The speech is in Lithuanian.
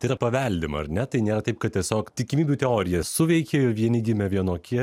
tai yra paveldima ar ne tai nėra taip kad tiesiog tikimybių teorija suveikė vieni gimė vienokie